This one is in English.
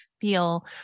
feel